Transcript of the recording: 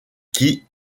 qui